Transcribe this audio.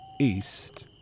East